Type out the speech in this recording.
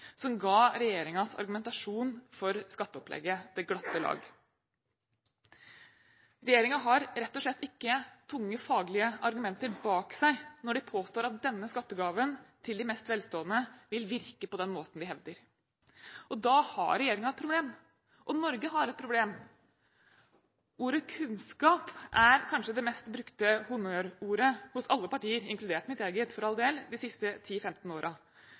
som ga regjeringens argumentasjon for skatteopplegget det glatte lag. Regjeringen har rett og slett ikke tunge faglige argumenter bak seg når den påstår at denne skattegaven til de mest velstående vil virke på den måten den hevder. Da har regjeringen et problem, og Norge har et problem. Ordet «kunnskap» er kanskje det mest brukte honnørordet hos alle partier, inkludert mitt eget – for all del – de siste